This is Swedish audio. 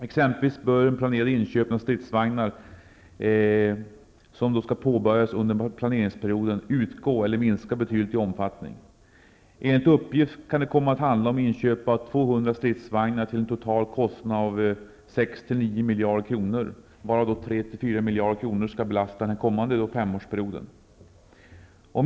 Exempelvis bör de planerade inköpen av stridsvagnar, som skall påbörjas under planeringsperioden, utgå eller minska betydligt i omfattning. Enligt uppgift kan det komma att handla om inköp av 200 stridsvagnar till en total kostnad av 6--9 miljarder kronor, varav 3--4 miljarder kronor skall belasta den kommande femårsperioden.